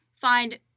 find